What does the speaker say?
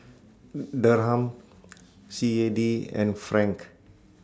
Dirham C A D and Franc